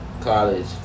College